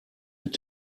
mit